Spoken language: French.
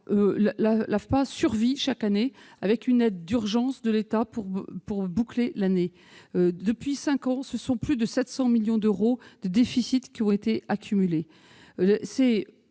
l'AFPA survit chaque année grâce à une aide d'urgence de l'État qui lui permet de boucler son budget. Depuis cinq ans, ce sont plus de 700 millions d'euros de déficit qui ont été accumulés.